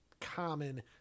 common